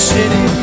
City